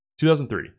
2003